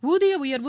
ஊதிய உயர்வு